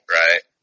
right